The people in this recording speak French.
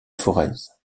forez